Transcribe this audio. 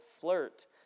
flirt